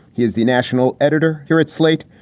he is the national editor here at slate.